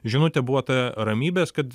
žinutė buvo ta ramybės kad